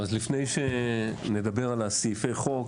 אז לפני שנדבר על סעיפי החוק,